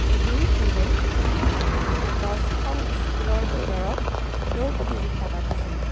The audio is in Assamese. এদিন কি হ'ল দহখন স্কুলৰ ভিতৰত দৌৰ প্ৰতিযোগিতা পাতিছিলে